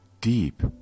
deep